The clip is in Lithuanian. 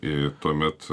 ir tuomet